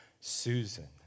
Susan